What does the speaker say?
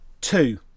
two